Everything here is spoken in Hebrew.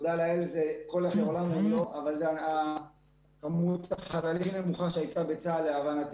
כל חלל הוא עולם ומלואו אבל זה מספר החללים הנמוכה שהייתה בצבא.